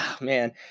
man